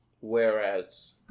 Whereas